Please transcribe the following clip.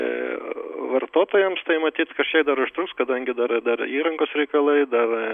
ir vartotojams tai matyt kažkiek dar užtruks kadangi dar dar įrangos reikalai dar